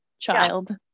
child